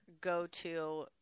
go-to